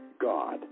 God